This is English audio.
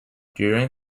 during